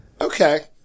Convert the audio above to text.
Okay